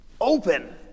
open